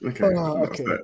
Okay